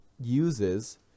uses